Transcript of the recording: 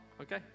okay